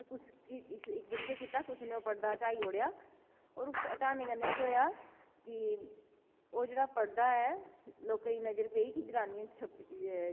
ते इक्क दिन केह् कीता कुसै नै परदा हटाई दित्ता की ओह् जेह्ड़ा परदा ऐ लोकें दी नज़र पेई इक्क जनानियें उप्पर